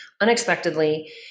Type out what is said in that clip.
unexpectedly